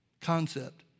concept